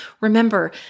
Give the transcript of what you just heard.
Remember